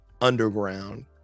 underground